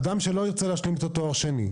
אדם שלא ירצה להשלים את התואר השני,